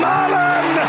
Marlon